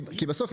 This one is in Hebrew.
כי בסוף,